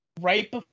right